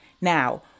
Now